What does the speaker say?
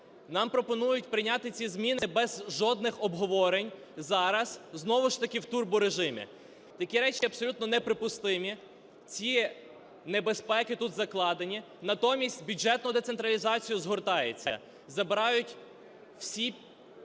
Нам пропонують прийняти ці зміни без жодних обговорень зараз, знову ж таки в турборежимі. Такі речі абсолютно неприпустимі, ці небезпеки тут закладені. Натомість бюджетна децентралізація згортається, забирають всі підстави